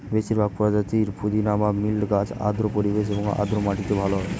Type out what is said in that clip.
বেশিরভাগ প্রজাতির পুদিনা বা মিন্ট গাছ আর্দ্র পরিবেশ এবং আর্দ্র মাটিতে ভালো হয়